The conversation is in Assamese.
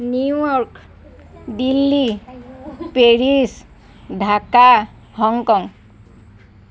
New York Delhi Paris Dhaka Hong Kong